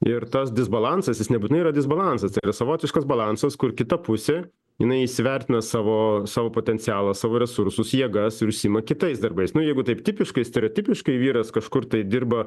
ir tas disbalansas jis nebūtinai yra disbalansas tai yra savotiškas balansas kur kita pusė jinai įsivertina savo savo potencialą savo resursus jėgas ir užsiima kitais darbais nu jeigu taip tipiškai stereotipiškai vyras kažkur tai dirba